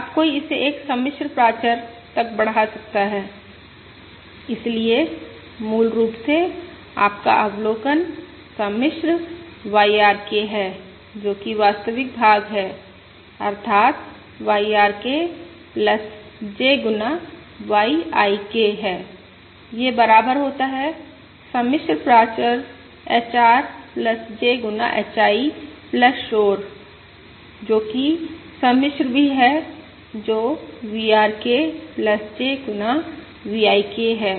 अब कोई इसे एक सम्मिश्र प्राचर तक बढ़ा सकता है इसलिए मूल रूप से आपका अवलोकन सम्मिश्र YRK है जो कि वास्तविक भाग है अर्थात् YRK J गुना Y I K है यह बराबर होता है सम्मिश्र प्राचर HR J गुना HI शोर जो कि सम्मिश्र भी है जो VRK J गुना V I K है